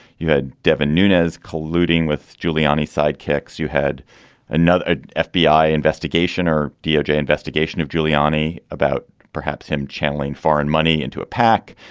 you had devin nunez colluding with giuliani sidekicks. you had another ah fbi investigation or doj investigation of giuliani about perhaps him channeling foreign money into a pac.